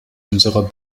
unserer